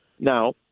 Now